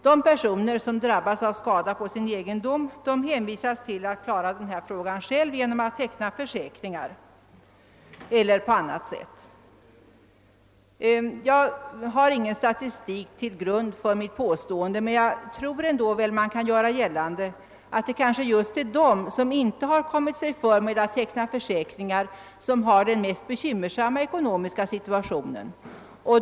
De personer som drabbas av skador på sin egendom hänvisas till att klara denna fråga själva genom att teckna försäkringar eller på annat sätt. Jag har ingen statistik till grund för mitt påstående, men jag tror ändå att man kan göra gällande att det kanske är just de, som inte har kommit sig för med att teckna försäkringar, vilka har den mest bekymmersamma ekonomiska situationen.